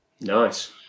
Nice